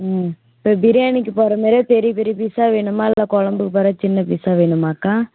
ம் இப்போ பிரியாணிக்கு போடுற மாதிரியே பெரிய பெரிய பீஸ்ஸாக வேணுமா இல்லை குழம்புக்கு போடுற சின்ன பீஸாக வேணுமாக்கா